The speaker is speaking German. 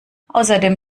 außerdem